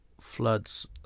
floods